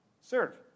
serve